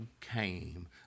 came